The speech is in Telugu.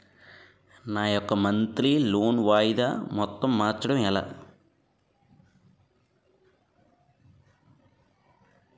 నా యెక్క మంత్లీ లోన్ వాయిదా మొత్తం మార్చడం ఎలా?